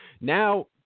now